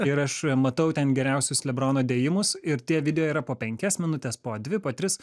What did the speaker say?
ir aš matau ten geriausius lebrono dėjimus ir tie video yra po penkias minutes po dvi po tris